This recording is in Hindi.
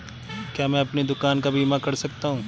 क्या मैं अपनी दुकान का बीमा कर सकता हूँ?